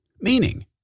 meaning